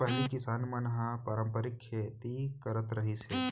पहिली किसान मन ह पारंपरिक खेती करत रिहिस हे